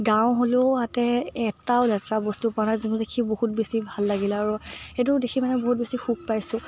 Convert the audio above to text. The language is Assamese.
গাঁও হ'লেও তাতে এটাও লেতেৰা বস্তু পোৱা নাই যোনটো দেখি বহুত বেছি ভাল লাগিল আৰু সেইটো দেখি পেলাই বহুত বেছি সুখ পাইছোঁ